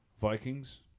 Vikings